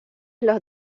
los